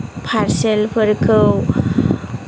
पार्सेलफोरखौ